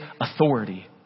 authority